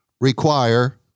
require